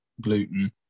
gluten